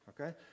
okay